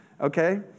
okay